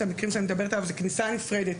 המקרים שאני מדברת עליהם יש כניסה נפרדת,